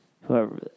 whoever